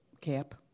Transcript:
cap